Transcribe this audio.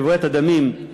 רוויית הדמים,